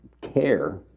care